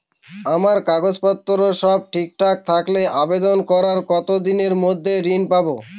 আমার কাগজ পত্র সব ঠিকঠাক থাকলে আবেদন করার কতদিনের মধ্যে ঋণ পাব?